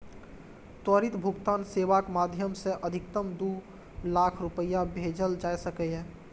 त्वरित भुगतान सेवाक माध्यम सं अधिकतम दू लाख रुपैया भेजल जा सकैए